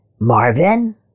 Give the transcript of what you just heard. Marvin